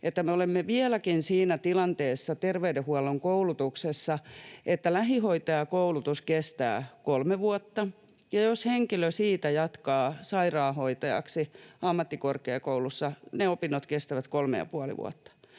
että me olemme vieläkin siinä tilanteessa terveydenhuollon koulutuksessa, että lähihoitajakoulutus kestää kolme vuotta, ja jos henkilö siitä jatkaa sairaanhoitajaksi ammattikorkeakoulussa, ne opinnot kestävät kolme ja puoli vuotta.